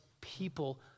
people